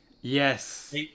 yes